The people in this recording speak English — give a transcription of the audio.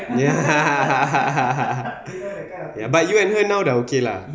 ya ya but you and her now dah okay lah